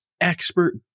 expert